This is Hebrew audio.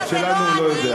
על שלנו הוא לא יודע.